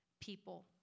people